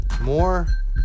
More